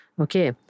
okay